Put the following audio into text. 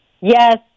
Yes